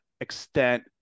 extent